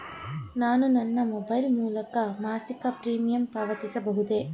ನಾನು ನನ್ನ ಮೊಬೈಲ್ ಮೂಲಕ ಮಾಸಿಕ ಪ್ರೀಮಿಯಂ ಪಾವತಿಸಬಹುದೇ?